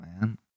man